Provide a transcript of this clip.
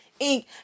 Inc